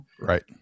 Right